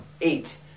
eight